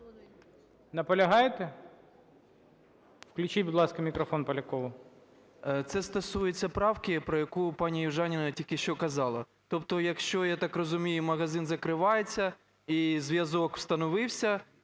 Наполягаєте? Включіть, будь ласка, мікрофон Полякову. 15:17:02 ПОЛЯКОВ А.Е. Це стосується правки, про яку пані Южаніна тільки що казала. Тобто, якщо, я так розумію, магазин закривається і зв'язок встановився,